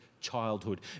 childhood